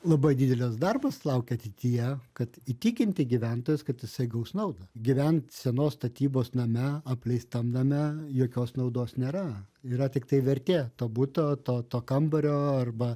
labai didelis darbas laukia ateityje kad įtikinti gyventojus kad jisai gaus naudą gyvent senos statybos name apleistam name jokios naudos nėra yra tiktai vertė to buto to to kambario arba